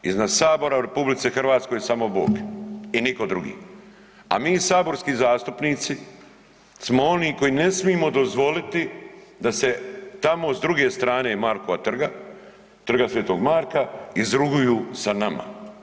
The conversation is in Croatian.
Iznad sabora u RH je samo Bog i niko drugi, a mi saborski zastupnici smo oni koji ne smimo dozvoliti da se tamo s druge strane Markova trga, Trga sv. Marka izruguju sa nama.